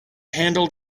handled